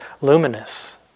luminous